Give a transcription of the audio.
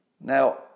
Now